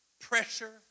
Pressure